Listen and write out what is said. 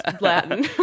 Latin